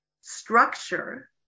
structure